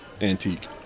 Antique